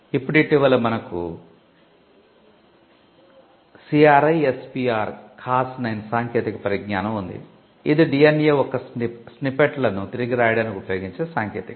ఇప్పుడు ఇటీవల మనకు CRISPR Cas9 సాంకేతిక పరిజ్ఞానం ఉంది ఇది DNA యొక్క స్నిప్పెట్లను తిరిగి వ్రాయడానికి ఉపయోగించే సాంకేతికత